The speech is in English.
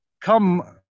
Come